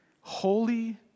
holy